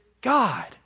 God